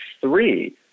three